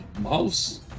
Mouse